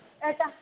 एतत्